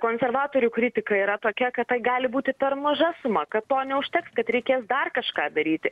konservatorių kritika yra tokia kad tai gali būti per maža suma kad to neužteks kad reikės dar kažką daryti